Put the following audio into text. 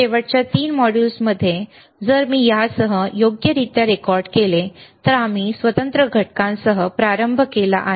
शेवटच्या 3 मॉड्यूल्समध्ये जर मी यासह योग्यरित्या रेकॉर्ड केले तर आम्ही स्वतंत्र घटकांसह प्रारंभ केला आहे